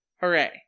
Hooray